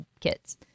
kids